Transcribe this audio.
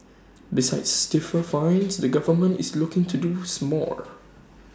besides stiffer fines the government is looking to do small